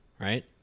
Right